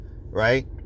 right